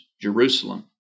Jerusalem